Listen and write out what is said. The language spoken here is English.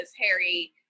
Harry